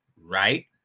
right